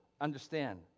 understand